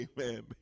Amen